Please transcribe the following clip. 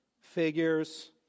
Figures